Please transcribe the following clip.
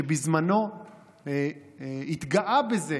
שבזמנו התגאה בזה